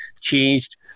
changed